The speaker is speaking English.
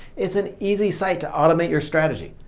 it's an easy site to automate your strategy.